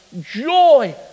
joy